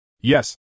Yes